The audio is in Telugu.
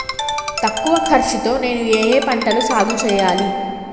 తక్కువ ఖర్చు తో నేను ఏ ఏ పంటలు సాగుచేయాలి?